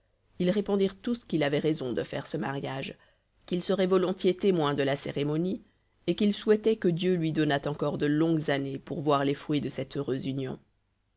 ils répondirent tous qu'il avait raison de faire ce mariage qu'ils seraient volontiers témoins de la cérémonie et qu'ils souhaitaient que dieu lui donnât encore de longues années pour voir les fruits de cette heureuse union